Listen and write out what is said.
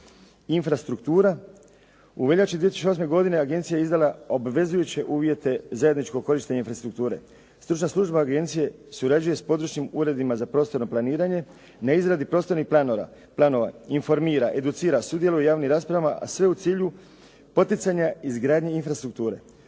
Infrastruktura. U veljači 2008. godine agencija je izdala obvezujuće uvjete zajedničkog korištenja infrastrukture. Stručna služba agencije surađuje s područnim uredima za prostorno planiranje na izradi prostornih planova informira, educira, sudjeluje u javnim raspravama, a sve u cilju poticanja izgradnje infrastrukture.